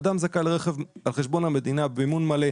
אדם זכאי לרכב על חשבון המדינה במימון מלא,